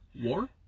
war